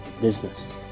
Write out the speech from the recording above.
business